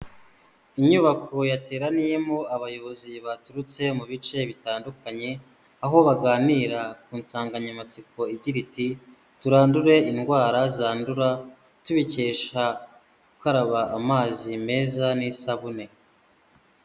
Inyubako yateraniyemo abayobozi baturutse mu bice bitandukanye, aho baganira ku nsanganyamatsiko igira iti ''Turandure indwara zandura tubikesha gukaraba amazi meza n'isabune.''